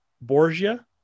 Borgia